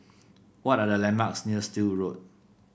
what are the landmarks near Still Road